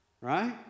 Right